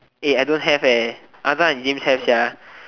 eh I don't have eh Azhar and James have sia